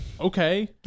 okay